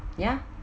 ya